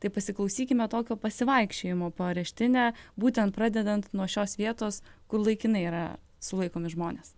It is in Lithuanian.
tai pasiklausykime tokio pasivaikščiojimo po areštinę būtent pradedant nuo šios vietos kur laikinai yra sulaikomi žmonės